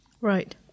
Right